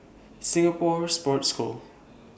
Singapore Sports School